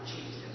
Jesus